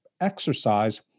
exercise